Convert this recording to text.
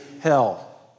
hell